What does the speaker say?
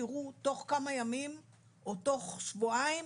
תראו תוך כמה ימים או תוך שבועיים